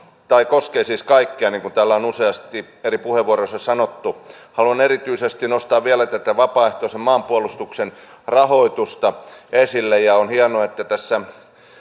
koskee kaikkia niin kuin täällä on useasti eri puheenvuoroissa sanottu haluan vielä erityisesti nostaa tätä vapaaehtoisen maanpuolustuksen rahoitusta esille on hienoa että tässä